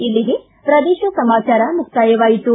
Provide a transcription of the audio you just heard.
ಇಲ್ಲಿಗೆ ಪ್ರದೇಶ ಸಮಾಚಾರ ಮುಕ್ತಾಯವಾಯಿತು